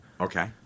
Okay